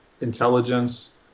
intelligence